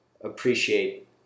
appreciate